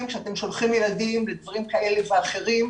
כשאתם שולחים ילדים לדברים כאלה ואחרים.